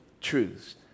truths